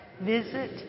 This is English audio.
visit